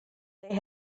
they